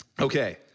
Okay